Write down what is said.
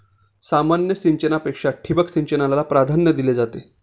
सामान्य सिंचनापेक्षा ठिबक सिंचनाला प्राधान्य दिले जाते